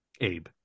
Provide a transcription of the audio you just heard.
abe